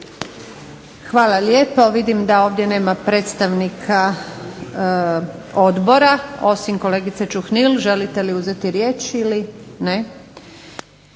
Hvala lijepo. Vidim da ovdje nema predstavnika odbora osim kolegice Čuhnil. Želite li uzeti riječ? Ne.